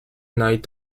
night